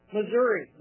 Missouri